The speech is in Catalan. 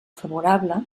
favorable